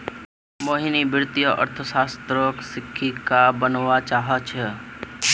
मोहिनी वित्तीय अर्थशास्त्रक शिक्षिका बनव्वा चाह छ